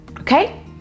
okay